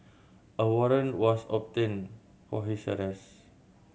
a warrant was obtained for his arrest